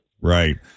Right